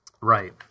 Right